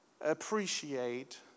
appreciate